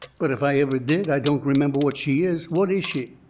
but if i ever did, i don't remember what she is. what is she?